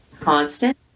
constant